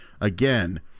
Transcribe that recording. again